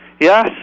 Yes